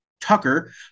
Tucker